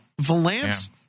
Valance